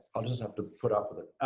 i'll just have to put up with it.